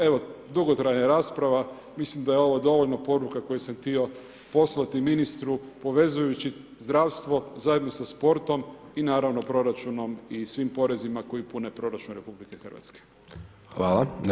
Evo dugo traje rasprava, mislim da je ovo dovoljno poruka koje sam htio poslati ministru povezujući zdravstvo zajedno sa sportom i naravno proračunom i svim porezima koji pune proračun RH.